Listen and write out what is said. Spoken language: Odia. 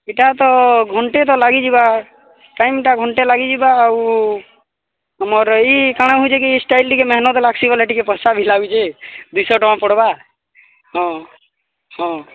ଏଟାତ ଘଣ୍ଟେ ତ ଲାଗିଯିବା ଟାଇମ୍ଟା ଘଣ୍ଟେ ଲାଗିଯିବା ଆଊ ଆମର ଏଇ କ'ଣ ହେଉଛି କି ଷ୍ଟାଇଲ୍ ମେହେନତ ଲାଗ୍ସି ବୋଲେ ଟିକେ କଷ୍ଟ ବି ଲାଗୁଛେ ଦୁଇଶହ ଟଙ୍କା ପଡ଼ିବା ହଁ ହଁ